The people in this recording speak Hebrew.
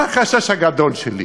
מה החשש הגדול שלי?